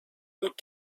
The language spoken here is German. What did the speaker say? und